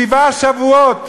שבעה שבועות